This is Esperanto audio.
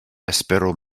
espero